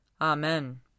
Amen